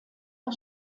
der